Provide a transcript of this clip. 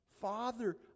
Father